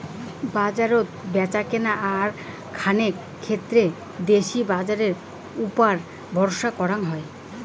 বাজারত ব্যাচাকেনা আর খানেক ক্ষেত্রত দেশি বাজারের উপুরা ভরসা করাং হই